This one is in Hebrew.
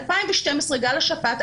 ב-2012 גל השפעת,